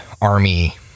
army